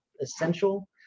essential